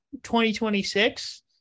2026